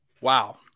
Wow